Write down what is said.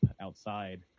outside